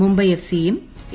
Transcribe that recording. Mumbai F സിയും A